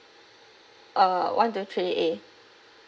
uh one two three A